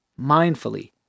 mindfully